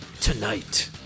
Tonight